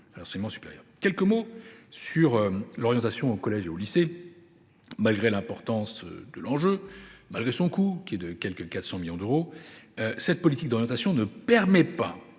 à l’enseignement supérieur. Je dirai quelques mots de l’orientation au collège et au lycée. Malgré l’importance de l’enjeu et malgré son coût, qui est de quelque 400 millions d’euros, cette politique ne permet pas